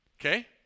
Okay